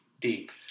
deep